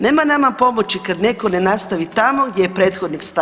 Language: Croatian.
Nema nama pomoći kad netko ne nastavi tamo gdje je prethodnik stao.